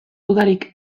dudarik